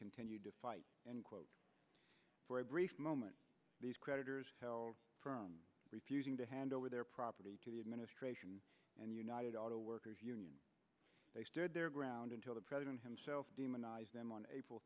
continued to fight and quote for a brief moment these creditors held firm refusing to hand over their property to the administration and united auto workers union they stood their ground until the president himself demonized them on april